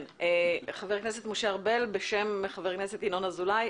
חבר הכנסת משה ארבל בשם חבר הכנסת ינון אזולאי,